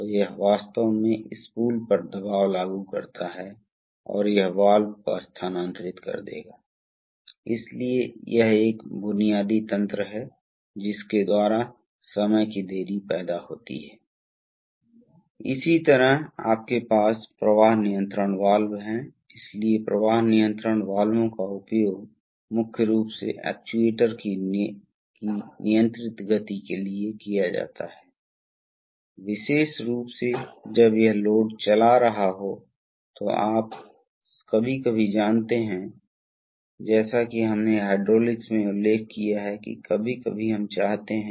तो आइए देखें कि क्या होता है इसलिए पायलट दबाव कैसे निर्धारित किया जाता है तो आइए हम पायलट सर्किट को देखते हैं इसलिए यह पायलट लाइन डैसेड है इसलिए जब वहाँ हैं तो यह दिशात्मक वाल्व सही है वहाँ हैं यह एक सोलेनोइड है संचालित वाल्व आप देख सकते हैं कि प्रतीक से और दो स्प्रिंग्स हैं इसलिए जब दोनों सोलनॉइड बंद हैं इसलिए दोनों स्प्रिंग्स धक्का देंगे और यह केंद्र में रखेगा